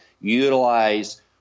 utilize